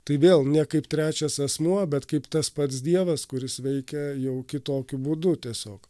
tai vėl ne kaip trečias asmuo bet kaip tas pats dievas kuris veikia jau kitokiu būdu tiesiog